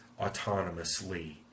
autonomously